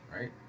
right